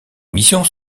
missions